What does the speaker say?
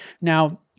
Now